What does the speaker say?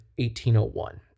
1801